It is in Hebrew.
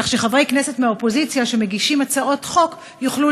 כך שחברי כנסת מהאופוזיציה שמגישים הצעות חוק יוכלו